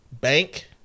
bank